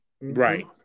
right